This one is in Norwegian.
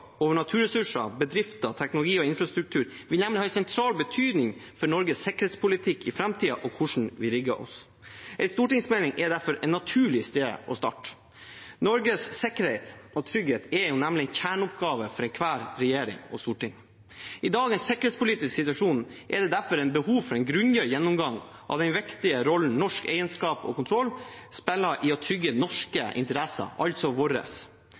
over naturressurser, bedrifter, teknologi og infrastruktur vil nemlig ha en sentral betydning for Norges sikkerhetspolitikk i framtiden og hvordan vi rigger oss. En stortingsmelding er derfor et naturlig sted å starte. Norges sikkerhet og trygghet er nemlig en kjerneoppgave for enhver regjering og ethvert storting. I dagens sikkerhetspolitiske situasjon er det derfor behov for en grundigere gjennomgang av den viktige rollen norsk eierskap og kontroll spiller i å trygge norske interesser, altså